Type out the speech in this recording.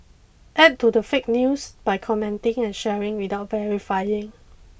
add to the fake news by commenting and sharing without verifying